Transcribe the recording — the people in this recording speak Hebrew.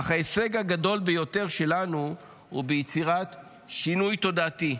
אך ההישג הגדול ביותר שלנו הוא ביצירת שינוי תודעתי,